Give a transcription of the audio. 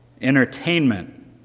entertainment